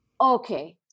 okay